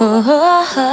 -oh